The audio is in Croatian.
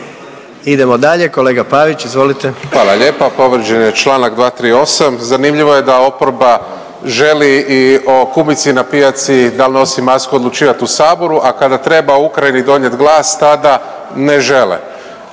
Idemo dalje, kolega Pavić. Izvolite. **Pavić, Marko (HDZ)** Hvala lijepa. Povrijeđen je članak 238. Zanimljivo je da oporba želi i o kumici na pijaci dal' nosi masku odlučivat u Saboru, a kada treba Ukrajini donijet glas tada ne žele.